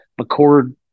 McCord